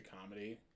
comedy